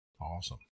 awesome